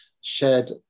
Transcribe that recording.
shared